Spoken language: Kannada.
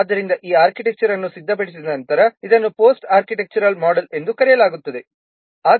ಆದ್ದರಿಂದ ಈ ಆರ್ಕಿಟೆಕ್ಚರ್ ಅನ್ನು ಸಿದ್ಧಪಡಿಸಿದ ನಂತರ ಇದನ್ನು ಪೋಸ್ಟ್ ಆರ್ಕಿಟೆಕ್ಚರಲ್ ಮೋಡೆಲ್ ಎಂದು ಕರೆಯಲಾಗುತ್ತದೆ